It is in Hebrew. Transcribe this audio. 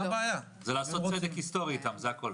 זה לעשות צדק היסטורי איתם, זה הכול.